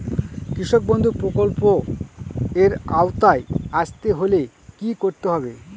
কৃষকবন্ধু প্রকল্প এর আওতায় আসতে হলে কি করতে হবে?